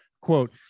Quote